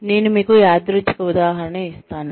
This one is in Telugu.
నేను మీకు యాదృచ్ఛిక ఉదాహరణ ఇస్తాను